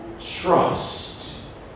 trust